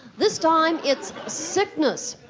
this time, it's sickness.